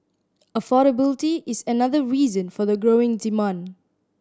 affordability is another reason for the growing demand